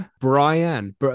Brian